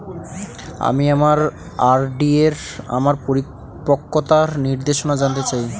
আমি আমার আর.ডি এর আমার পরিপক্কতার নির্দেশনা জানতে চাই